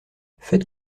faites